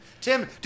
Tim